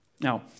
Now